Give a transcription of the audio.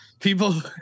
people